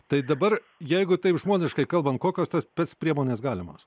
tai dabar jeigu taip žmoniškai kalbant kokios tos spec priemonės galimos